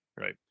right